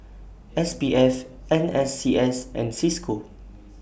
S P F N S C S and CISCO